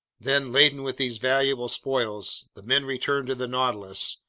then, laden with these valuable spoils, the men returned to the nautilus,